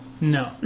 No